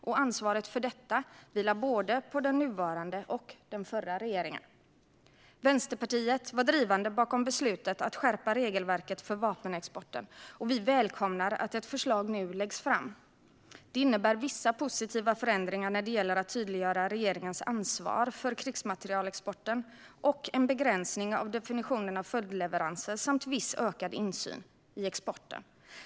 Ansvaret för detta vilar på både den nuvarande och den förra regeringen. Vänsterpartiet var drivande bakom beslutet att skärpa regelverket för vapenexporten, och vi välkomnar att ett förslag nu läggs fram. Det innebär vissa positiva förändringar när det gäller att tydliggöra regeringens ansvar för krigsmaterielexporten. Det innebär också en begränsning av definitionen av följdleveranser samt viss ökad insyn i exporten.